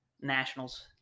National's